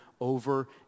over